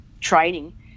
training